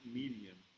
medium